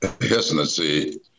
hesitancy